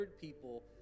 people